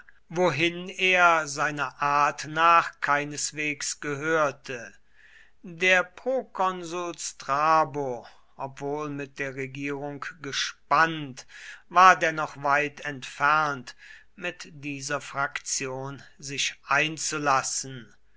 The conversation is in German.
wohin er seiner art nach keineswegs gehörte der prokonsul strabo obwohl mit der regierung gespannt war dennoch weit entfernt mit dieser fraktion sich einzulassen